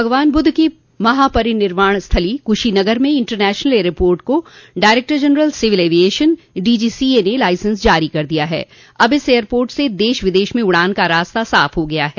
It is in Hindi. भगवान बुद्ध की महापरिनिर्वाण स्थली कुशीनगर में इंटरनेशनल एयरपोर्ट को director general civil aviation DGCA ने लाइसेंस जारी कर दिया है अब इस एयरपोर्ट से देश विदेश मे उड़ान का रास्ता साफ हो गया है